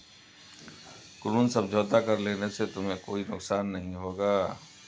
ऋण समझौता कर लेने से तुम्हें कोई नुकसान नहीं होगा